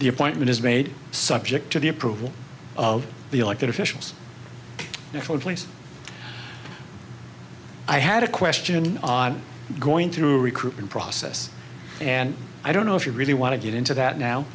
the appointment is made subject to the approval of the elected officials if i had a question on going through a recruitment process and i don't know if you really want to get into that now